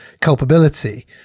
culpability